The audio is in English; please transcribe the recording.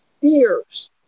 fears